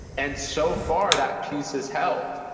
and so far, that peace has held,